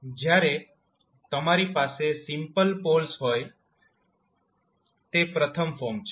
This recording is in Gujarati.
જ્યારે તમારી પાસે સિમ્પલ પોલ્સ હોય તે પ્રથમ ફોર્મ છે